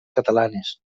catalanes